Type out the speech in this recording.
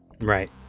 Right